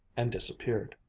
and disappeared.